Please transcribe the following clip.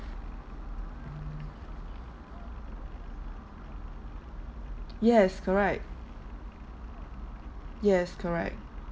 yes correct yes correct